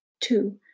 Two